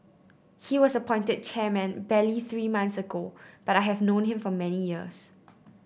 he was appointed chairman barely three months ago but I have known him for many years